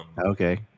Okay